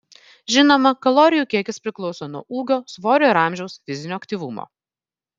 žinoma kalorijų kiekis priklauso nuo ūgio svorio ir amžiaus fizinio aktyvumo